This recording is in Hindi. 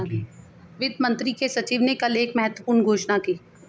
वित्त मंत्री के सचिव ने कल एक महत्वपूर्ण घोषणा की